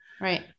Right